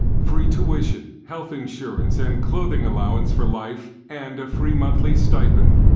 free tuition, health insurance, and clothing allowance for life and a free monthly stipen.